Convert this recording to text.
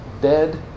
dead